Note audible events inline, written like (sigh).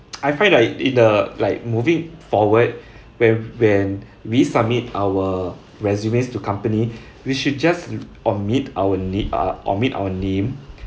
(noise) I find that in the like moving forward (breath) when when we submit our resumes to company (breath) we should just um omit our n~ uh omit our name